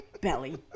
belly